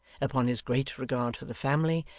upon his great regard for the family,